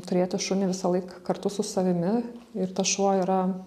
turėti šunį visąlaik kartu su savimi ir tas šuo yra